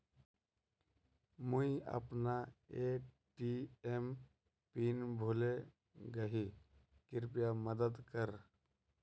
मुई अपना ATM PIN भूले गही कृप्या मदद कर